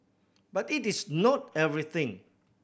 but it is not everything